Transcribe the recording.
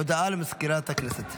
הודעה לסגנית מזכיר הכנסת.